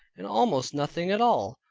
and almost nothing at all.